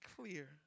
clear